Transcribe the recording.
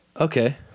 Okay